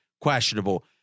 questionable